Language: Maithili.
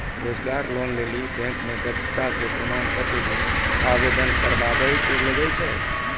रोजगार लोन लेली बैंक मे दक्षता के प्रमाण पत्र भी आवेदन करबाबै मे लागै छै?